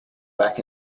back